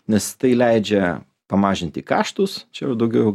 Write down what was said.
nes tai leidžia pamažinti kaštus čia jau daugiau